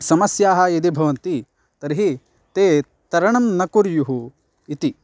समस्याः यदि भवन्ति तर्हि ते तरणं न कुर्युः इति